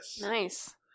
nice